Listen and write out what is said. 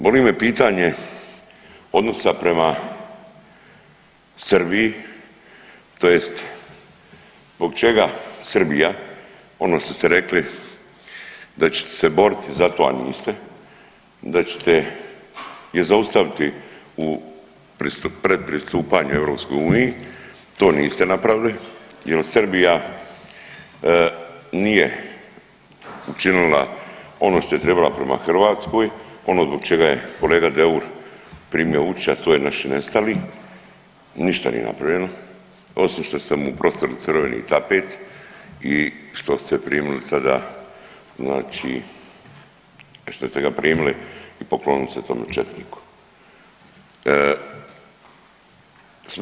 Boli me pitanje odnosa prema Srbiji tj. zbog čega Srbija, ono što ste rekli da ćete se boriti za to, a niste, da ćete je zaustaviti u pred pristupanju EU, to niste napravili jel Srbija nije učinila ono što je trebala prema Hrvatskoj, ono zbog čega je kolega Deur primio … [[Govornik se ne razumije]] , a to je naši nestali, ništa nije napravljeno osim što ste im prostrli crveni tapet i što ste primili tada znači, što ste ga primili i poklonili se tome četniku.